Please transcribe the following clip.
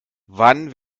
wann